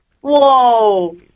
Whoa